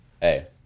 Hey